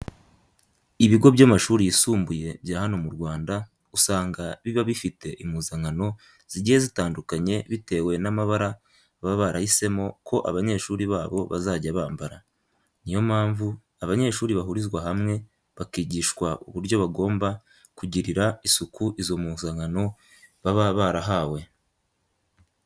Ibigo by'amashuri yisumbuye bya hano mu Rwanda usanga biba bifite impuzankano zigiye zitandukanye bitewe n'amabara baba barahisemo ko abanyeshuri babo bazajya bambara. Niyo mpamvu, abanyeshuri bahurizwa hamwe bakigishwa uburyo bagomba kugirira isuku izo mpuzankano baba barahawe.